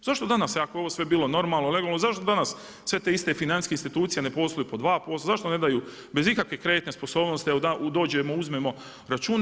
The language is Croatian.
Zašto danas ako je ovo sve bilo normalno, legalno, zašto danas sve te iste financijske institucije ne posluju po 2%, zašto ne daju bez ikakve kreditne sposobnosti, evo dođemo, uzmemo račune?